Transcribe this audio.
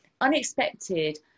unexpected